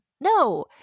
No